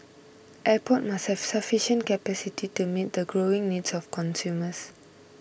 airport must have sufficient capacity to meet the growing needs of consumers